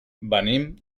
venim